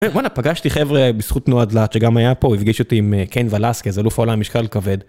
וואלה, פגשתי חבר'ה בזכות תנועת לאט, שגם היה פה, הפגיש אותי עם קיין ולאסקי, אלוף העולם למשקל כבד.